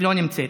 שלא נמצאת.